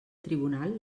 tribunal